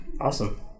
Awesome